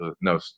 no